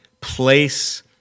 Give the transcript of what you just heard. place